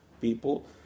people